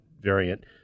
variant